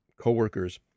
coworkers